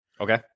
Okay